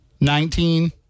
Nineteen